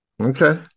okay